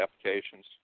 applications